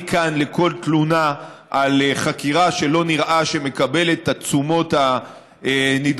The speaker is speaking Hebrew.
אני כאן לכל תלונה על חקירה שלא נראה שמקבלת את התשומות הנדרשות,